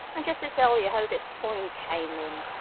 and just to tell you how this point came in.